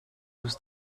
was